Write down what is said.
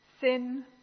Sin